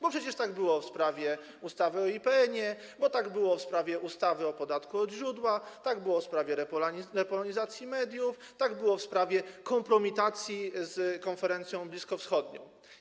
Bo przecież tak było w sprawie ustawy o IPN-ie, tak było w sprawie ustawy o podatku u źródła, tak było w sprawie repolonizacji mediów, tak było w sprawie kompromitacji z konferencją bliskowschodnią.